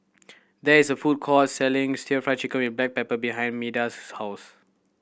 there is a food court selling still Fry Chicken with black pepper behind Meda's house